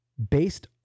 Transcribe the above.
Based